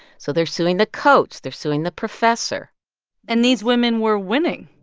so they're suing the coach. they're suing the professor and these women were winning?